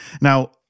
Now